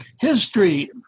History